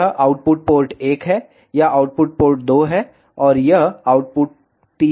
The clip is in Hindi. यह आउटपुट पोर्ट 1 है यह आउटपुट 2 है और यह आउटपुट 3 है